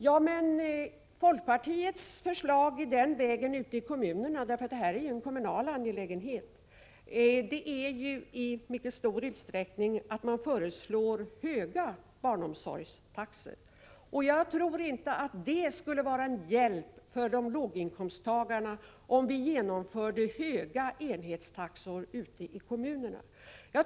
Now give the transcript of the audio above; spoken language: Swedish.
Ja, men folkpartiets förslag ute i kommunerna — detta är ju en kommunal angelägenhet — är i mycket stor utsträckning höga barnomsorgstaxor. Jag tror inte att det skulle vara en hjälp för låginkomsttagarna om vi genomförde höga enhetstaxor i kommunerna.